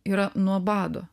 yra nuo bado